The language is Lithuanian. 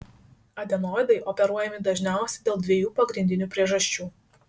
adenoidai operuojami dažniausiai dėl dviejų pagrindinių priežasčių